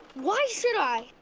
why should i?